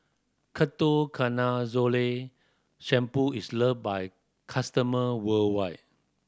Ketoconazole Shampoo is loved by customer worldwide